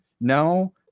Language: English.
No